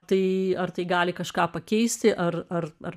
tai ar tai gali kažką pakeisti ar ar ar